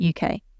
UK